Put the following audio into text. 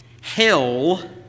Hell